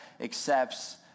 accepts